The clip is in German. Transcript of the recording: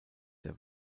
der